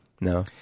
No